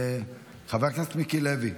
חבר הכנסת מיקי לוי,